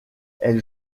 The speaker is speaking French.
elle